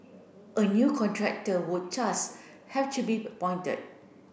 a new contractor would thus have to be appointed